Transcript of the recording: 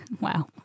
Wow